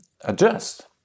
adjust